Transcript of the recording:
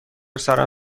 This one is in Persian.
سرم